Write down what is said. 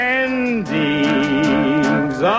endings